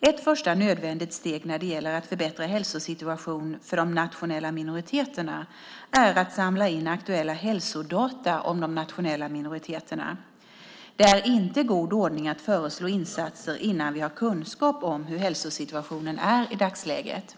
Ett första nödvändigt steg när det gäller att förbättra hälsosituationen för de nationella minoriteterna är att samla in aktuella hälsodata om de nationella minoriteterna. Det är inte god ordning att föreslå insatser innan vi har kunskap om hur hälsosituationen är i dagsläget.